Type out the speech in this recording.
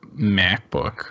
MacBook